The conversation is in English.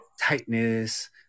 tightness